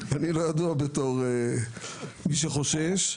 אני לא ידוע בתור מי שחושש.